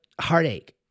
heartache